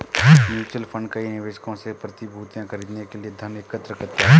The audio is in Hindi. म्यूचुअल फंड कई निवेशकों से प्रतिभूतियां खरीदने के लिए धन एकत्र करता है